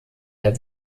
der